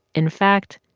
in fact,